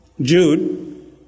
Jude